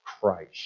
Christ